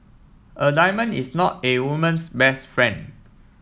a diamond is not a woman's best friend